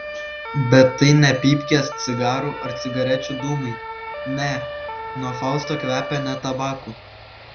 bet tai ne pypkės cigarų ar cigarečių dūmai ne nuo fausto kvepia ne tabaku